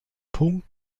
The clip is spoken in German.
punkt